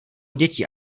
děti